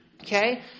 okay